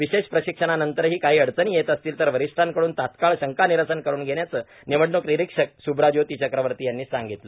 विशेष प्रशिक्षणानंतरही काही अडचणी येत असतील तर वरिष्ठांकडून तात्काळ शंकानिरसन करुन घेण्याचे निवडणूक निरीक्षक स्ब्रा ज्योती चक्रवर्ती यांनी सांगितले